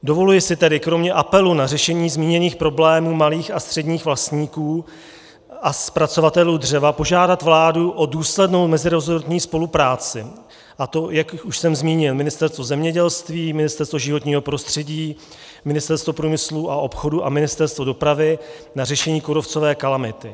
Dovoluji si tedy kromě apelu na řešení zmíněných problémů malých a středních vlastníků a zpracovatelů dřeva požádat vládu o důslednou meziresortní spolupráci, a to, jak už jsem zmínil, Ministerstvo zemědělství, Ministerstvo životního prostředí, Ministerstvo průmyslu a obchodu a Ministerstvo dopravy, na řešení kůrovcové kalamity.